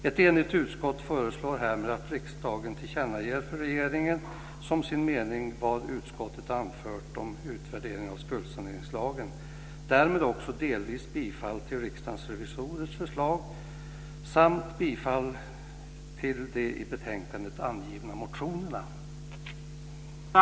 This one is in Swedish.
Ett enigt utskott föreslår härmed att riksdagen tillkännager för regeringen som sin mening vad utskottet anfört om en utvärdering av skuldsaneringslagen. Därmed innebär det delvis bifall till Riksdagens revisorers förslag samt bifall till de i betänkandet angivna motionerna.